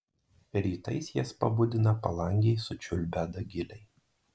rytais jas pabudina palangėj sučiulbę dagiliai